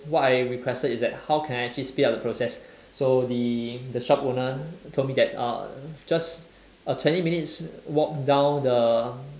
what I requested is that how can I actually speed up the process so the the shop owner told me that uh just a twenty minutes walk down the